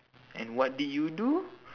and what did you do